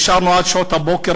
נשארנו עד שעות הבוקר,